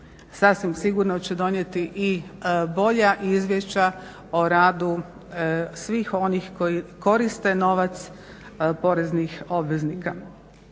sasvim sigurno će donijeti i bolja izvješća o radu svih onih koji koriste novac poreznih obveznika.